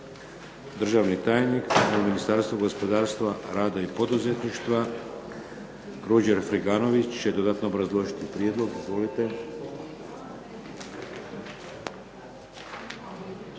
Državni tajnik u Ministarstvu gospodarstva, rada i poduzetništva Ruđer Friganović će dodatno obrazložiti prijedlog.